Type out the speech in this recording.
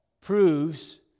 proves